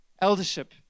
Eldership